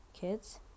kids